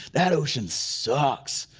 that ocean sucks.